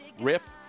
riff